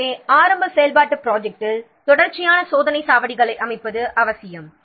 எனவே ஆரம்ப செயல்பாட்டுத் ப்ராஜெக்ட்டில் தொடர்ச்சியான சோதனைச் சாவடிகளை அமைப்பது அவசியம்